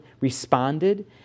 responded